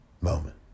moment